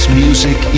music